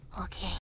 Okay